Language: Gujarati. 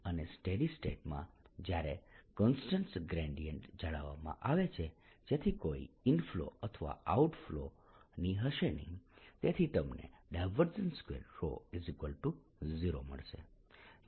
અને સ્ટેડી સ્ટેટમાં જ્યારે કોન્સ્ટન્ટ ગ્રેડીયન્ટ જાળવવામાં આવે છે જેથી કોઈ ઇનફ્લો અથવા આઉટફ્લોની હશે નહિ તેથી તમને ∇2ρ0 મળશે